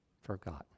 Forgotten